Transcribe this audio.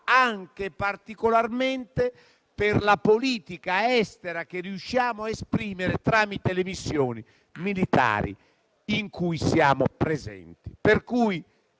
anche e particolarmente per la politica estera che riusciamo a esprimere tramite le missioni militari in cui siamo presenti. Pertanto,